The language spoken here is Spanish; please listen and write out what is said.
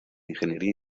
ingeniería